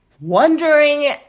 wondering